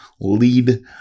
lead